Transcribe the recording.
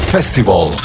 Festival